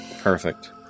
Perfect